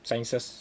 sciences